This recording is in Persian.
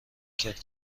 کرده